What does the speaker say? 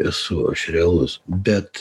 esu aš realus bet